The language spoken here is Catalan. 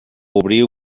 obrir